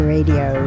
Radio